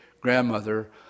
grandmother